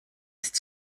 ist